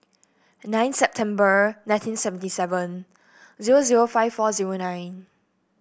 nine September nineteen seventy seven zero zero five four zero nine